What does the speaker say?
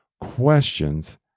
questions